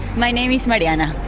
my name is mariana.